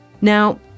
Now